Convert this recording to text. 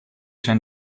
zijn